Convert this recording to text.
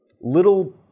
little